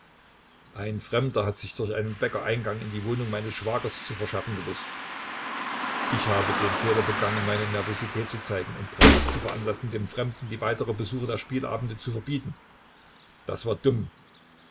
ein fremder hat sich durch einen bäcker eingang in die wohnung meines schwagers zu verschaffen gewußt ich habe den fehler begangen meine nervosität zu zeigen und bratz zu veranlassen dem fremden die weiteren besuche der spielabende zu verbieten das war dumm